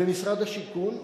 ומשרד השיכון,